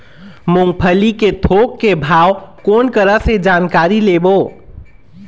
मूंगफली के थोक के भाव कोन करा से जानकारी लेबो?